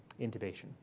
intubation